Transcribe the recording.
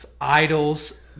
Idols